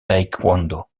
taekwondo